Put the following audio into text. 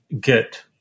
get